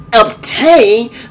obtain